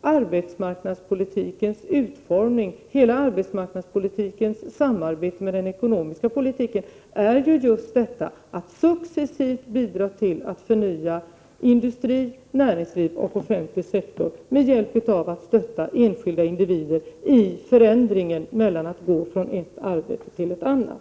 arbetsmarknadspolitikens utformning, hela arbetsmarknadspolitikens samarbete med den ekonomiska politiken innebär ju just detta att successivt bidra till att förnya industrin, näringslivet och den offentliga sektorn med hjälp av att stötta enskilda individer i förändringen att gå från ett arbete till ett annat.